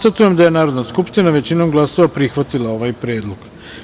Konstatujem da je Narodna skupština većinom glasova prihvatila ovaj predlog.